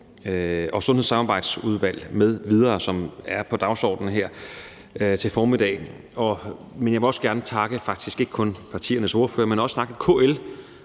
og sundhedssamarbejdsudvalg m.v., som er på dagsordenen her til formiddag. Jeg vil faktisk ikke kun takke partiernes ordførere, men også takke KL